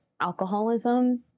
alcoholism